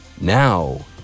Now